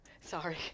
Sorry